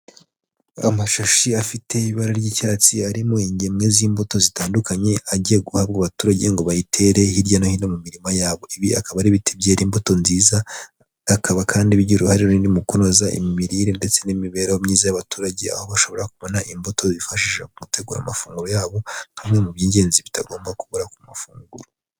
Amashashi afite ibara ry'icyatsi arimo ingemwe z'imbuto zitandukanye, agiye guhabwa abaturage ngo bayitere hirya no hino mu mirima yabo. Ibi akaba ariti byera imbuto nziza, atakaba kandi bigira uruhare runini mu kunoza, imirire ndetse n'imibereho myiza y'abaturage. Aho bashobora kubona imbuto zifashi gutegura amafunguro yabo, nka bimwe mu by'ingenzi bitagomba kubura ku mafunguro.